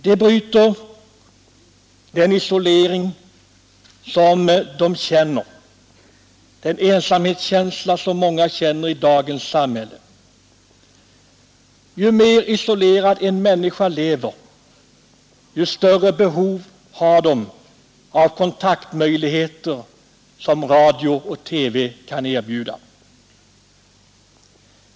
De bryter den isolering och ensamhetskänsla mången känner i dagens samhälle. Ju mer isolerad en människa lever, desto större behov har hon av de kontaktmöjligheter som radio och TV kan erbjuda.